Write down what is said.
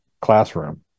classroom